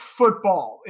football